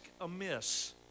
amiss